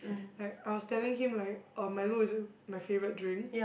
like I was telling him like oh Milo is my favourite drink